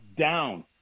down